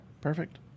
Perfect